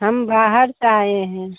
हम बाहर से आएँ हैं